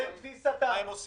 לתפיסתם.